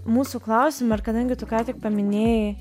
mūsų klausimo ir kadangi tu ką tik paminėjai